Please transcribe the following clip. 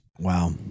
Wow